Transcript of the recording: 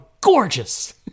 gorgeous